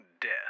death